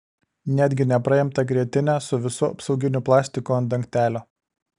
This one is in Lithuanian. netgi nepraimtą grietinę su visu apsauginiu plastiku ant dangtelio